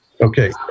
Okay